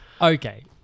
Okay